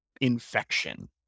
Infection